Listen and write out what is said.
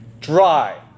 Dry